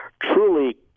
truly